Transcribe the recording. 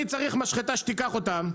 אני צריך משחטה שתיקח אותם,